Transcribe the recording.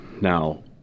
Now